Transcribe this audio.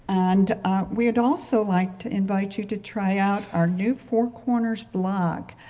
and we'd also like to invite you to tryout our new four corners blog.